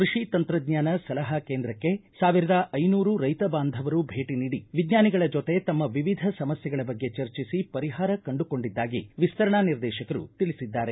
ಕೃಷಿ ತಂತ್ರಜ್ಞಾನ ಸಲಹಾ ಕೇಂದ್ರಕ್ಕೆ ಸಾವಿರದ ಐನೂರು ರೈತ ಬಾಂಧವರು ಭೇಟ ನೀಡಿ ವಿಜ್ವಾನಿಗಳ ಜೊತೆ ತಮ್ಮ ವಿವಿಧ ಸಮಸ್ಥೆಗಳ ಬಗ್ಗೆ ಚರ್ಚಿಸಿ ಪರಿಹಾರ ಕಂಡುಕೊಂಡಿದ್ದಾಗಿ ವಿಸ್ತರಣಾ ನಿರ್ದೇಶಕರು ತಿಳಿಸಿದ್ದಾರೆ